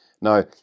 Now